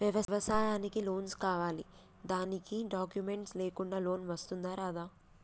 వ్యవసాయానికి లోన్స్ కావాలి దానికి డాక్యుమెంట్స్ లేకుండా లోన్ వస్తుందా రాదా?